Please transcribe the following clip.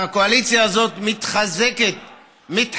הקואליציה הזאת מתחזקת, מתחסנת,